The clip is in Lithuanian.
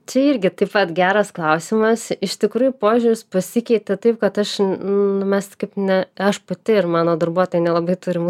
čia irgi taip pat geras klausimas iš tikrųjų požiūris pasikeitė taip kad aš nu mes ne aš pati ir mano darbuotojai nelabai turim